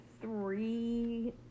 three